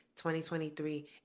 2023